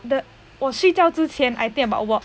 the 我睡觉之前 I think about work